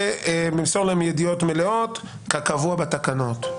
וימסור להם ידיעות מלאות כקבוע בתקנות".